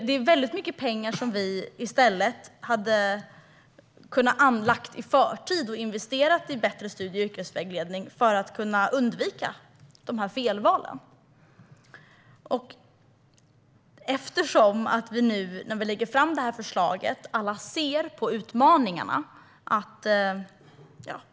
Det är pengar som hade kunnat användas tidigare genom att investera i bättre studie och yrkesvägledning för att undvika felvalen. Alla ser utmaningarna i förslaget.